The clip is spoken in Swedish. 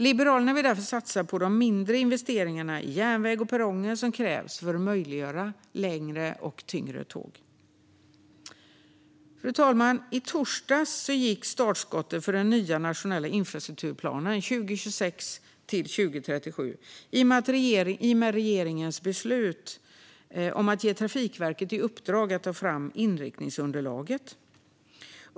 Liberalerna vill därför satsa på de mindre investeringar i järnvägar och perronger som krävs för att möjliggöra längre och tyngre tåg. Fru talman! I torsdags gick startskottet för den nya nationella infrastrukturplanen 2026-2037 i och med regeringens beslut om att ge Trafikverket i uppdrag att ta fram inriktningsunderlaget.